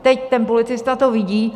Teď ten policista to vidí.